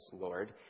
Lord